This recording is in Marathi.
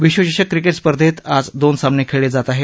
विश्वचषक क्रिकेट स्पर्धेत आज दोन सामने खेळले जात आहेत